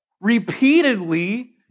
Repeatedly